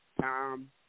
Tom